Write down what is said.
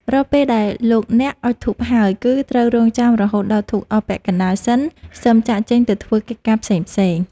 រាល់ពេលដែលលោកអ្នកអុជធូបហើយ គឺត្រូវរង់ចាំរហូតដល់ធូបអស់ពាក់កណ្តាលសិនសឹមចាកចេញទៅធ្វើកិច្ចការផ្សេង។